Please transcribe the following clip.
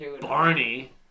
Barney